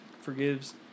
forgives